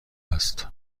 است